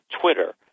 Twitter